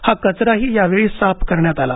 हा कचराही यावेळी साफ करण्यात आला